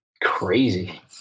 crazy